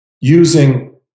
Using